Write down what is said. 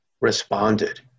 responded